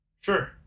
Sure